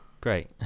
great